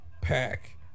pack